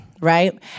Right